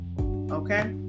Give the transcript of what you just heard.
okay